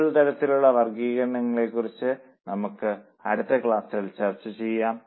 കൂടുതൽ തരത്തിലുള്ള വർഗ്ഗീകരണങ്ങളെ കുറിച്ച് നമുക്ക് അടുത്ത ക്ലാസ്സിൽ ചർച്ച ചെയ്യാം